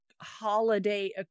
holiday